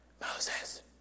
Moses